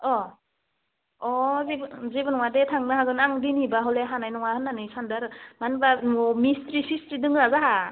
अ अ जेबो नङा जेबो नङा दे थांनो हागोन आं दिनैब्ला हले हानाय नङा होननानै सान्दो आरो मानो होमब्ला न'आव मिस्ट्रि सिस्ट्रि दोङोना जाहा